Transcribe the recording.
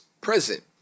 present